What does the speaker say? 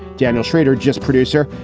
daniel shrader, just producer,